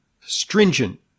stringent